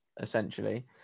essentially